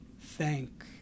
thank